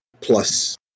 plus